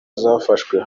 zafashwe